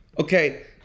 Okay